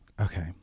Okay